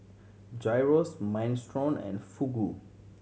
Gyros Minestrone and Fugu